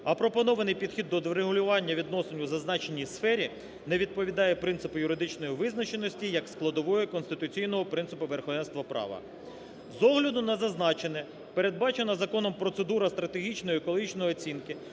А пропонований підхід до врегулювання відносин у зазначеній сфері не відповідає принципу юридичної визначеності як складової конституційного принципу верховенства права. З огляду на зазначене, передбачена законом процедура стратегічно-екологічної оцінки